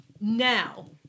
Now